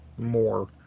more